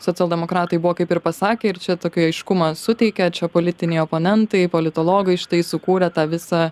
socialdemokratai buvo kaip ir pasakę ir čia tokio aiškumą suteikė čia politiniai oponentai politologai štai sukūrė tą visą